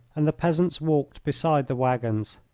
and the peasants walked beside the waggons.